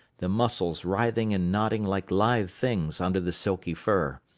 the muscles writhing and knotting like live things under the silky fur.